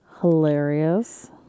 Hilarious